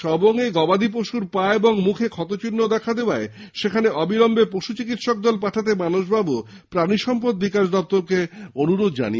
সবং এর গবাদি পশুর পা ও মুখে ক্ষত চিহ্ন দেখা দেওয়ায় সেখানে অবিলম্বে পশু চিকিৎসক দল পাঠাতে মানস বাবু প্রাণী সম্পদ বিকাশ দপ্তরকে অনুরোধ জানিয়েছেন